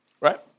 Right